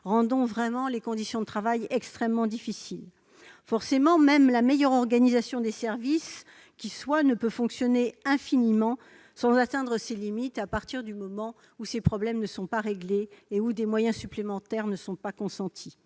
rendant les conditions de travail extrêmement difficiles. Même la meilleure organisation des services qui soit ne peut fonctionner infiniment sans atteindre ses limites, à partir du moment où ses problèmes ne sont pas réglés et où des moyens supplémentaires ne lui sont pas accordés.